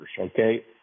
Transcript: okay